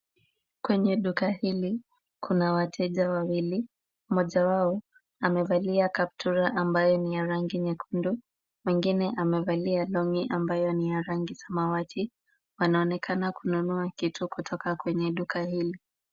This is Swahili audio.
Kwenye duka hili kuna wateja wawili. Mmoja wao amevalia kaptura ambayo ni ya rangi nyekundu. Mwingine amevalia long'i ambayo ni ya rangi samawati wanaonekana kununua kitu kutoka kwenye duka hili.